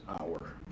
hour